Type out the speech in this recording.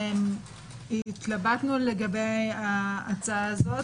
התלבטנו לגבי ההצעה הזאת,